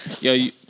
Yo